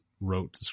wrote